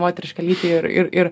moterišką lytį ir ir ir